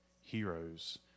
heroes